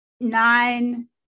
nine